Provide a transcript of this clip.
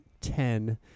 ten